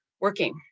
working